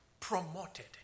Promoted